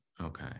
Okay